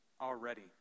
already